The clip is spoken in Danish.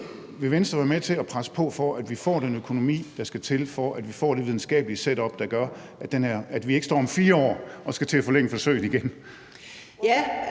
Vil Venstre være med til at presse på, for at vi får den økonomi, der skal til, for at vi får det videnskabelige setup, der gør, at vi ikke om 4 år står og skal til at forlænge forsøget igen?